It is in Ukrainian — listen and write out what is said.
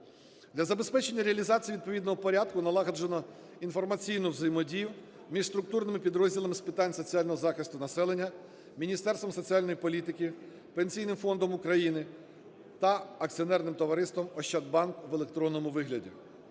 Для забезпечення реалізації відповідного порядку налагоджено інформаційну взаємодію між структурними підрозділами з питань соціального захисту населення, Міністерством соціальної політики, Пенсійним фондом України та акціонерним товариством "Ощадбанк" в електронному вигляді.